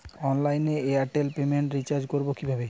অনলাইনে এয়ারটেলে prepaid recharge করবো কিভাবে?